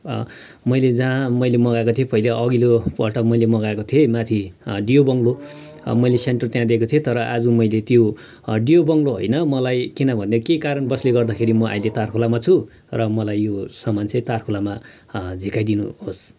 मैले जहाँ मैले मगाएको थिएँ पहिले अघिल्लोपल्ट मैले मगाएको थिएँ माथि डियोबङ्लो अब मैले सेन्टर त्यहाँ दिएको थिएँ नि तर आज मैले त्यो ह डियोबङ्लो होइन मलाई किनभनेदेखि केही कारणबसले गर्दाखेरि म अहिले तारखोलामा छु र मलाई यो सामान चाहिँ तारखोलामा झिकाई दिनुहोस्